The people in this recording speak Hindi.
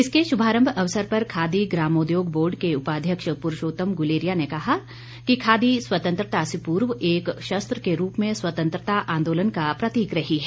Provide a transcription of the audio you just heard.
इसके शुभारम्भ अवसर पर खादी ग्रामोद्योग बोर्ड के उपाध्यक्ष पुरषोतम गुलेरिया ने कहा कि खादी स्वतंत्रता से पूर्व एक शस्त्र के रूप में स्वतंत्रता आंदोलन का प्रतीक रही है